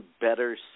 better